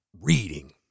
reading